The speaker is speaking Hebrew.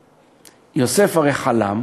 יוסף הרי חלם